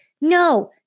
No